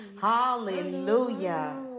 hallelujah